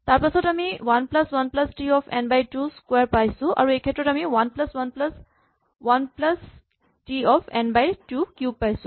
তাৰপাছত আমি one plus one plus t of n by two square পাইছো আৰু এইক্ষেত্ৰত আমি one plus one plus one plus t of n by two cube পালোঁ